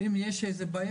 ואם יש בעיה,